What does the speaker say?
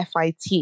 FIT